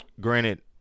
granted